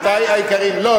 לא,